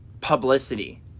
publicity